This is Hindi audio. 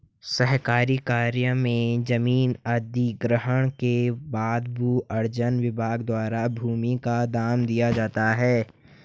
सरकारी कार्य में जमीन अधिग्रहण के बाद भू अर्जन विभाग द्वारा भूमि का दाम दिया जाता है